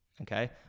Okay